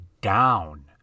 down